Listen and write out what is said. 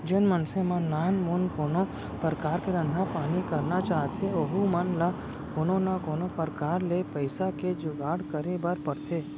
जेन मनसे मन नानमुन कोनो परकार के धंधा पानी करना चाहथें ओहू मन ल कोनो न कोनो प्रकार ले पइसा के जुगाड़ करे बर परथे